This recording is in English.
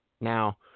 Now